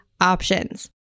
options